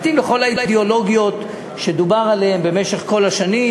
זה מתאים לכל האידיאולוגיות שדובר עליהן כל השנים,